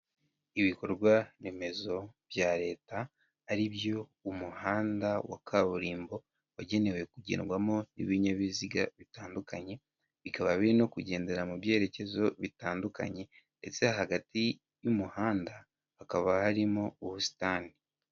Ibikorwaremezo bya leta, ari byo umuhanda wa kaburimbo wagenewe kugendwamo ibinyabiziga bitandukanye, bikaba biri no kugendera mu byerekezo bitandukanye ndetse hagati y'umuhanda hakaba harimo ubusitani.